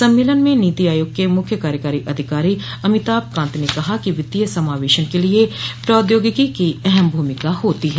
सम्मेलन में नीति आयोग के मुख्य कार्यकारी अधिकारी अमिताभ कांत ने कहा कि वित्तीय समावेशन के लिए प्रौद्योगिकी की अहम भूमिका होती है